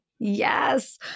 Yes